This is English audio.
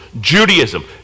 Judaism